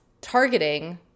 Targeting